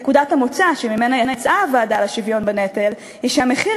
נקודת המוצא שממנה יצאה הוועדה לשוויון בנטל היא שהמחיר